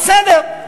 בסדר.